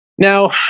Now